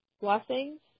blessings